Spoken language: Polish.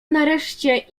nareszcie